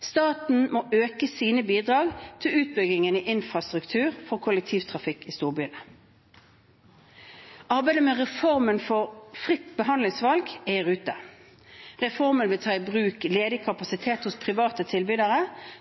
Staten må øke sine bidrag til utbyggingen av infrastruktur for kollektivtrafikk i storbyene. Arbeidet med reformen for fritt behandlingsvalg er i rute. Reformen vil ta i bruk ledig kapasitet hos private tilbydere